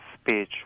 speech